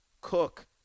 Cook